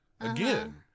Again